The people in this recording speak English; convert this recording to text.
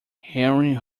henry